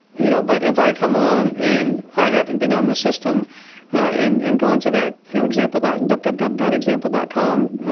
yeah but if i come on and i haven't been on the system and and gone to that you know example, www and but but dot example dot com,